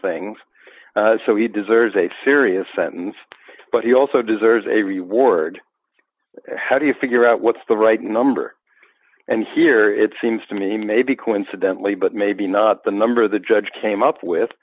things so he deserves a serious sentence but he also deserves a reward how do you figure out what's the right number and here it seems to me maybe coincidentally but maybe not the number the judge came up with